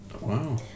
Wow